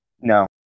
No